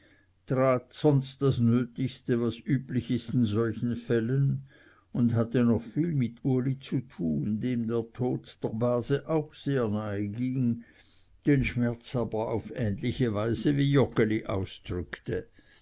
sonst das nötigste was üblich ist in solchen fällen und hatte noch viel mit uli zu tun dem der tod der base auch sehr nahe ging den schmerz aber auf ähnliche weise wie joggeli ausdrückte